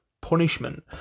punishment